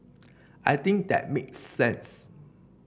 I think that makes sense